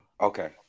Okay